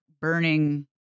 burning